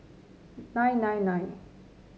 nine nine nine